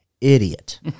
idiot